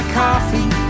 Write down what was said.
coffee